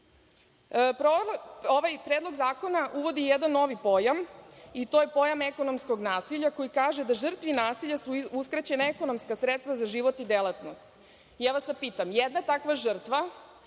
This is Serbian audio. Predlog zakona uvodi jedan novi pojam, i to je pojam ekonomskog nasilja koji kaže da žrtvi nasilja su uskraćena ekonomska sredstva za život i delatnost. Ja vas sada pitam, jedna takva žrtva